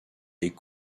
est